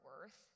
worth